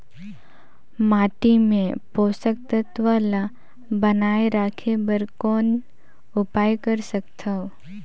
माटी मे पोषक तत्व ल बनाय राखे बर कौन उपाय कर सकथव?